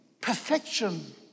perfection